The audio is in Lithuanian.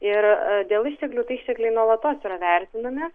ir dėl išteklių tai ištekliai nuolatos yra vertinami